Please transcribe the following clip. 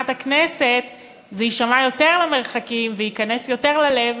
הכנסת זה יישמע יותר למרחקים וייכנס יותר ללב: